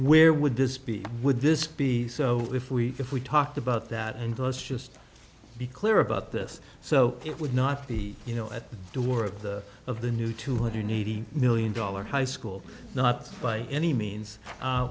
where would this be would this be so if we if we talked about that and let's just be clear about this so it would not be you know at the door of the of the new two hundred eighty million dollars high school not by any means